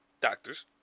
Doctors